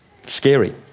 Scary